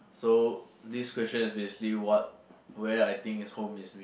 so this question is basically what where I think is home is